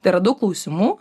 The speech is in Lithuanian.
tai yra daug klausimų